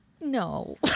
no